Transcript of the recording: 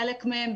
חלק מהם,